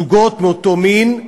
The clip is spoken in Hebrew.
זוגות מאותו מין,